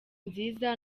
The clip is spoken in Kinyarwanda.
nziza